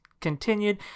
continued